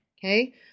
Okay